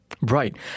Right